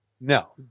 No